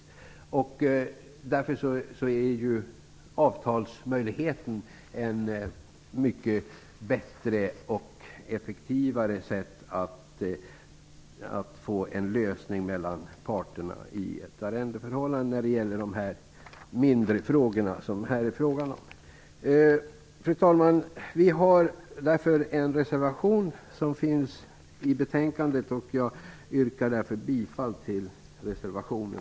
I de mindre frågor som här är aktuella är avtalsmöjligheten därför mycket bättre och effektivare för att få till stånd en lösning mellan parterna i ett arrendeförhållande. Fru talman! Vi har avgivit en reservation vid betänkandet, och jag yrkar bifall till den.